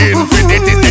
Infinity